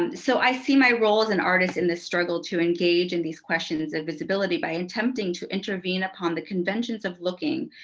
um so i see my role as an artist in this struggle to engage in these questions of visibility by attempting to intervene upon the conventions of looking,